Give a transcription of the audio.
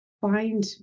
find